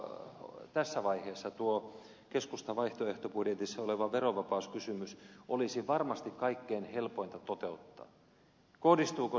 mutta tässä vaiheessa tuo keskustan vaihtoehtobudjetissa oleva verovapauskysymys olisi varmasti kaikkein helpointa toteuttaa